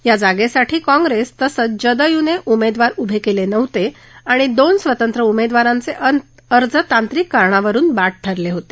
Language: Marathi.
या जागेसाठी काँप्रेस तसंच जदयू ने उमेदवार उभे केले नव्हते आणि दोन स्वतंत्र उमेदवारांचे अर्ज तांत्रिक कारणांवरून बाद ठरले होते